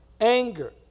Anger